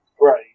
Right